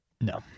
No